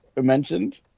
mentioned